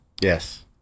yes